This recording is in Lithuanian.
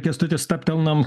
kęstuti staptelnam